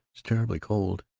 it's terribly cold.